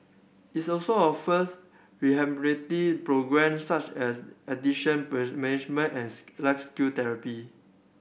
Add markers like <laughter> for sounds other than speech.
its also offers rehabilitative programme such as addiction <unintelligible> management and <unintelligible> life skill therapy